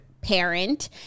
parent